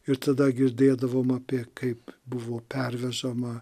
ir tada girdėdavom apie kaip buvo pervežama